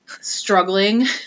struggling